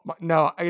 no